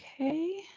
okay